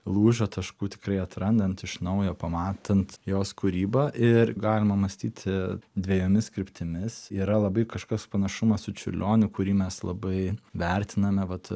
lūžio taškų tikrai atrandant iš naujo pamatant jos kūrybą ir galima mąstyti dviejomis kryptimis yra labai kažkas panašumas su čiurlioniu kurį mes labai vertiname vat